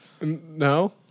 No